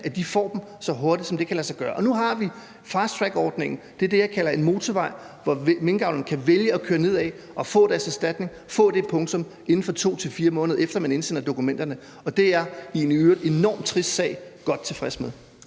i erstatning, så hurtigt som det kan lade sig gøre. Og nu har vi fasttrackordningen. Det er det, jeg kalder en motorvej, som minkavlerne kan vælge at køre ned ad for at få deres erstatning, få det punktum inden for 2-4 måneder, efter at man indsender dokumenterne. Det er jeg i en i øvrigt enormt trist sag godt tilfreds med.